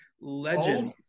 Legend